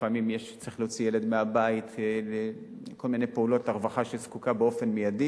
לפעמים צריך להוציא ילד מהבית לכל מיני פעולות רווחה באופן מיידי.